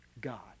God